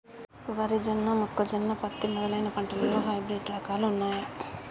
వరి జొన్న మొక్కజొన్న పత్తి మొదలైన పంటలలో హైబ్రిడ్ రకాలు ఉన్నయా?